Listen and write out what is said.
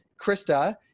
Krista